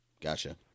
Gotcha